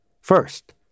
First